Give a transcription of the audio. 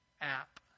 app